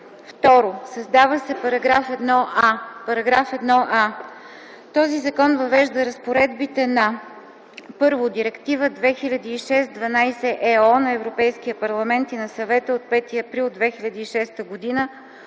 2. Създава се § 1а: „§ 1а. Този закон въвежда разпоредбите на: 1. Директива 2006/12/ ЕО на Европейския парламент и на Съвета от 5 април 2006 г.